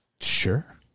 Sure